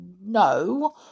no